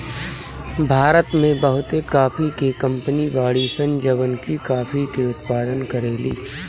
भारत में बहुते काफी के कंपनी बाड़ी सन जवन की काफी के उत्पादन करेली